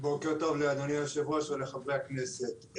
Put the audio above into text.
בוקר טוב לאדוני היושב-ראש ולחברי הכנסת,